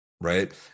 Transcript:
right